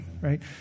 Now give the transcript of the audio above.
right